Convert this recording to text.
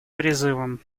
призывом